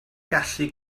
gallu